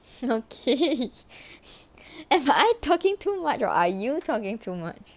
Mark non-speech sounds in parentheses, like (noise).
(laughs) okay am I talking too much or are you talking too much